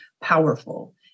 powerful